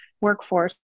workforce